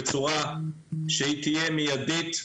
בצורה שהיא תהיה מיידית,